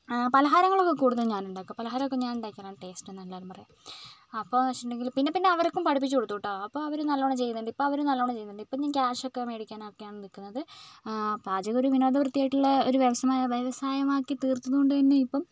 പലഹാരങ്ങളൊക്കെ കൂടുതലും ഞാൻ ഉണ്ടാക്കും പലഹാരം ഒക്കെ ഞാൻ ഉണ്ടാക്കിയാലാണ് ടേസ്റ്റ് എന്ന് എല്ലാവരും പറയുക അപ്പം എന്ന് വെച്ചിട്ടുണ്ടെങ്കിൽ പിന്നെ പിന്നെ അവർക്കും പഠിപ്പിച്ച് കൊടുത്തു കേട്ടോ അപ്പോൾ അവരും നല്ലവണ്ണം ചെയ്യുന്നുണ്ട് ഇപ്പം അവർ നല്ലവണ്ണം ചെയ്യുന്നുണ്ട് ഇപ്പം ഞാൻ ക്യാഷ് ഒക്കെ മേടിക്കാൻ ഒക്കെയാണ് നിൽക്കുന്നത് പാചകം ഒരു വിനോദവൃത്തിയായിട്ടുള്ള ഒരു വ്യവസാ വ്യവസായമാക്കി തീർത്തുകൊണ്ട് തന്നെ ഇപ്പം